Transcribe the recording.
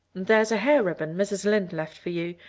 there's a hair ribbon mrs. lynde left for you.